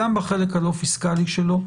גם בחלק הלא פיסקלי שלו,